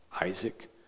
Isaac